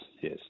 yes